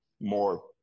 more